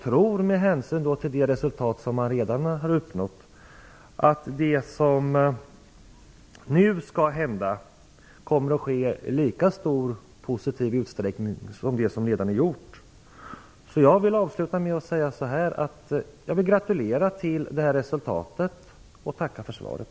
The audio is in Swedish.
Med hänsyn till det resultat som redan uppnåtts hoppas, och tror, jag att det som nu skall hända kommer att ske på ett lika positivt sätt som när det gäller det som redan är gjort. Avslutningsvis vill jag gratulera till uppnådda resultat och samtidigt tacka för svaret.